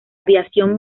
aviación